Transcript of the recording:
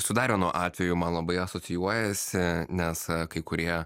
su dar vienu atveju man labai asocijuojasi nes kai kurie